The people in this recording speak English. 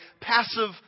passive